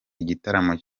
igitaramo